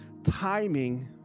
Timing